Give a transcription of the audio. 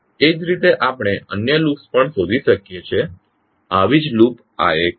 એ જ રીતે આપણે અન્ય લૂપ્સ પણ શોધી શકીએ છીએ આવી જ લૂપ આ એક છે